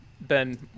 Ben